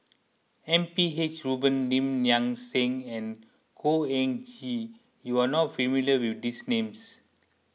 M P H Rubin Lim Nang Seng and Khor Ean Ghee you are not familiar with these names